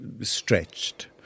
stretched